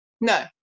No